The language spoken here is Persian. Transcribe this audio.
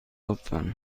لطفا